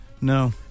No